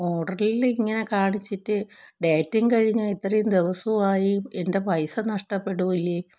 ഓഡറില് ഇങ്ങനെ കാണിച്ചിട്ട് ഡേറ്റും കഴിഞ്ഞ് ഇത്രയും ദിവസവും ആയി എൻ്റെ പൈസ നഷ്ടപ്പെടുകയില്ലെ